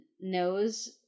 knows